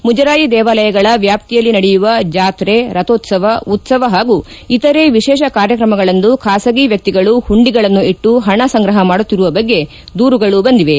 ಮುಜರಾಯಿ ದೇವಾಲಯಗಳ ವ್ಯಾಪ್ತಿಯಲ್ಲಿ ನಡೆಯುವ ಜಾತ್ರೆ ರಥೋತ್ಸವ ಉತ್ಸವ ಹಾಗೂ ಇತರೆ ವಿಶೇಷ ಕಾರ್ಯಕ್ರಮಗಳಂದು ಬಾಸಗಿ ವ್ಯಕ್ತಿಗಳು ಹುಂಡಿಗಳನ್ನು ಇಟ್ಲು ಪಣ ಸಂಗ್ರಪ ಮಾಡುತ್ತಿರುವ ಬಗ್ಗೆ ದೂರುಗಳು ಬಂದಿವೆ